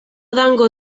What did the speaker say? dango